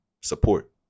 support